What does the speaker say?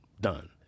done